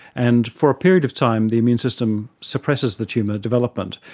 and for a period of time the immune system suppresses the tumour development.